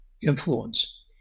influence